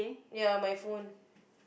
ya my phone